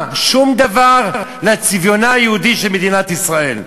היא לא מוסיפה שום דבר לצביונה היהודי של מדינת ישראל.